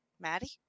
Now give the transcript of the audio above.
Maddie